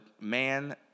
man